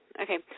Okay